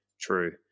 true